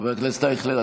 חבר הכנסת אייכלר,